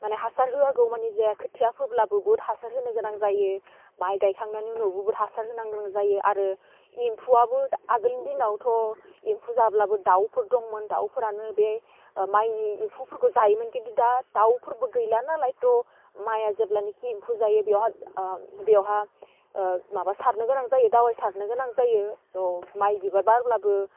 माने हासार होआगौ मानि जाया खोथिया फोब्लाबो बुहुत हासार होनो गोनां जायो माइ गायखांनानै उनावबो हासार होनो गोनां जायो आरो एम्फौआबो आगोलनि दिनावथ' एम्फौ जाब्लाबो दाउफोर दंमोन दाउफोरानो बे ओह माइनि एम्फौफोरखौ जायोमोन खिन्थु दा दावफोरबो गैला नालाय थ' माइआ जेब्लानाखि एम्फौ जायो बेवहाय बेवहाय माबा सारनो गोनां जायो दावै सारनो गोनां जायो स' माइ बिबार बारब्लाबो